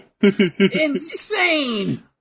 Insane